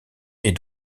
est